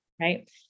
right